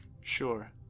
Sure